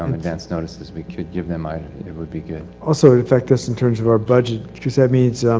um advanced notice as we could give them, i, it would be good. also, it affects us in terms of our budget, because that means,